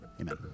amen